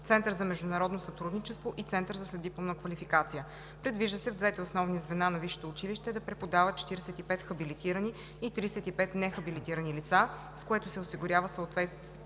Център за международно сътрудничество и Център за следдипломна квалификация. Предвижда се в двете основни звена на висшето училище да преподават 45 хабилитирани и 35 нехабилитирани лица, с което се осигурява съответствие